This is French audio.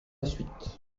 suite